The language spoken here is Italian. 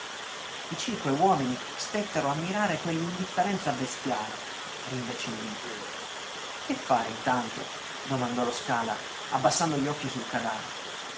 i cinque uomini stettero a mirare quell'indifferenza bestiale rimbecilliti che fare intanto domandò lo scala abbassando gli occhi sul cadavere